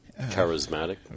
Charismatic